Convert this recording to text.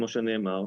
כפי שנאמר,